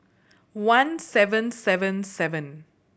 one seven seven seven